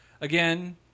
Again